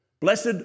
Blessed